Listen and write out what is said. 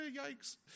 Yikes